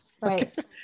Right